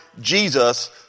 Jesus